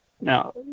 Now